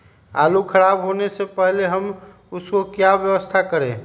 आलू खराब होने से पहले हम उसको क्या व्यवस्था करें?